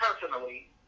personally